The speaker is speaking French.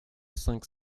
cinq